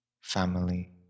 family